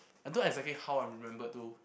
I don't exactly how I'm remembered to